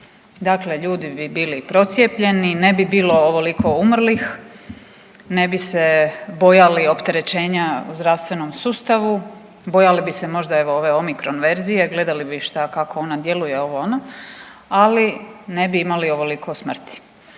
dakle ljudi bi bili procijepljeni, ne bi bilo ovoliko umrlih, ne bi se bojali opterećenja u zdravstvenom sustavu, bojali bi se možda evo ove omikron verzije, gledali bi šta, kako ona djeluje, ovo, ono, ali ne bi imali ovoliko smrti.